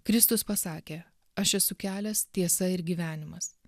kristus pasakė aš esu kelias tiesa ir gyvenimas